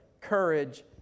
courage